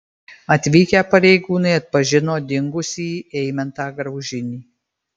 atvykę pareigūnai atpažino dingusįjį eimantą graužinį